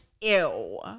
ew